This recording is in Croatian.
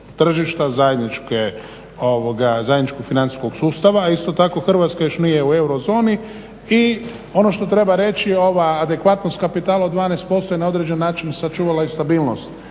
zajedničkog financijskog sustava, a isto tako Hrvatska još nije u eurozoni. I ono što treba reći ova adekvatnost kapitala od 12% je na određeni način očuvala stabilnost